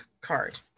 card